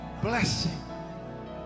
blessing